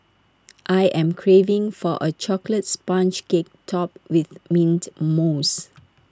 I am craving for A Chocolate Sponge Cake Topped with Mint Mousse